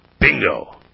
Bingo